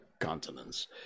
continents